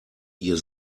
ihr